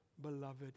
beloved